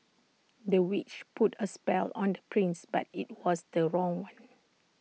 the witch put A spell on the prince but IT was the wrong one